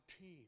team